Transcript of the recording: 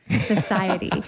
society